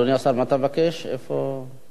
אפשר אולי להסתפק בתשובה שלי, לא?